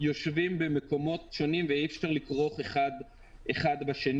יושבים במקומות שונים ואי-אפשר לכרוך אחד בשני.